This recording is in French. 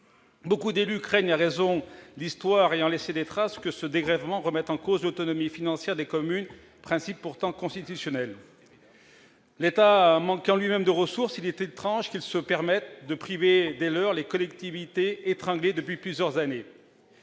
nombreux élus craignent- à raison, l'histoire ayant laissé des traces -que ce dégrèvement ne remette en cause l'autonomie financière des communes, qui est pourtant un principe constitutionnel. L'État manquant lui-même de ressources, il est étrange qu'il se permette de priver des leurs les collectivités, étranglées financièrement depuis plusieurs années.